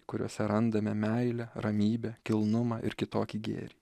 kuriose randame meilę ramybę kilnumą ir kitokį gėrį